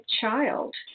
child